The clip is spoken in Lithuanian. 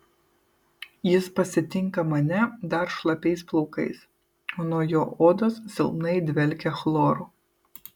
jis pasitinka mane dar šlapiais plaukais o nuo jo odos silpnai dvelkia chloru